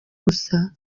gusa